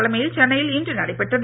தலைமையில் சென்னையில் இன்று நடைபெற்றது